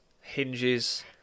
hinges